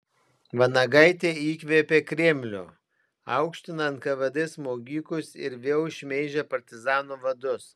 vanagaitė įkvėpė kremlių aukština nkvd smogikus ir vėl šmeižia partizanų vadus